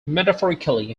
metaphorically